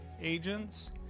agents